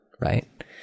right